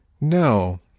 No